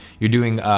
you're doing, ah,